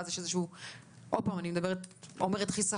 ואז יש עוד פעם אני אומרת חיסכון,